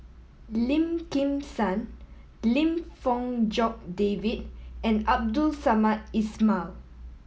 Lim Kim San Lim Fong Jock David and Abdul Samad Ismail